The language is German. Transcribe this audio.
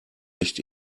echt